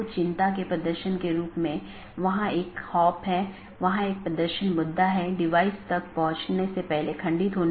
BGP version 4 में बड़ा सुधार है कि यह CIDR और मार्ग एकत्रीकरण को सपोर्ट करता है